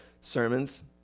sermons